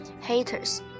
haters